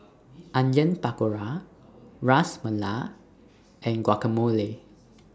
Onion Pakora Ras Malai and Guacamole